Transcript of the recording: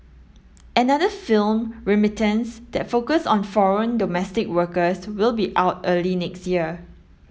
another film Remittance that focus on foreign domestic workers will be out early next year